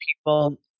people